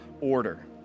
order